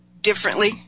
differently